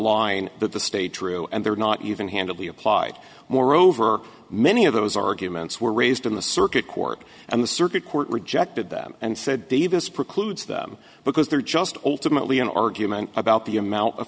line that the stay true and they're not even handedly applied moreover many of those arguments were raised in the circuit court and the circuit court rejected them and said davis precludes them because they're just ultimately an argument about the amount of